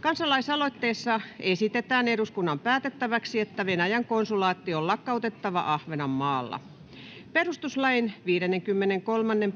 Kansalaisaloitteessa esitetään eduskunnan päätettäväksi, että Venäjän konsulaatti on lakkautettava Ahvenanmaalla. Perustuslain 53 §:n